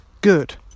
Good